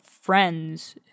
friends